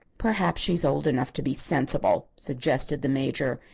perhaps she's old enough to be sensible, suggested the major.